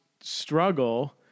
struggle